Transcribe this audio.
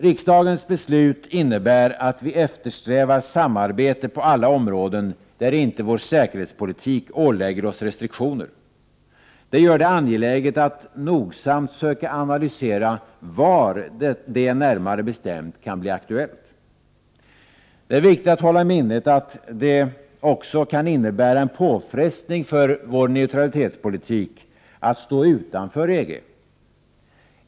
Riksdagens beslut innebär att vi eftersträvar samarbete på alla områden, där inte vår säkerhetspolitik ålägger oss restriktioner. Det gör det angeläget att nogsamt söka analysera var det närmare bestämt kan bli aktuellt. Det är viktigt att hålla i minnet att det också kan innebära en påfrestning för vår neutralitetspolitik att stå utanför EG.